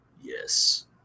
yes